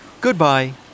Goodbye